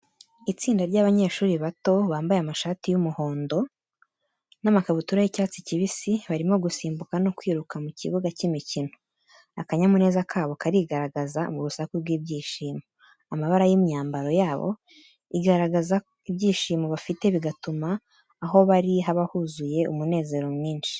Itsinda ry’abanyeshuri bato bambaye amashati y’umuhondo n’amakabutura y’icyatsi kibisi, barimo gusimbuka no kwiruka mu kibuga cy’imikino. Akanyamuneza kabo karigaragaza mu rusaku rw’ibyishimo. Amabara y’imyambaro yabo igaragaza ibyishimo bafite bigatuma aho bari haba huzuye umunezero mwinshi.